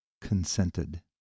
consented